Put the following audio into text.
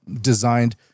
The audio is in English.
designed